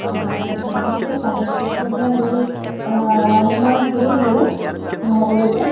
অঁ মইতো কাগজ পত্ৰবিলাক লৈ ৱাৰ্ড মেম্বাৰক দিয়ে দিওঁ সকলোবিলাক